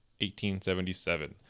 1877